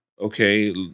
okay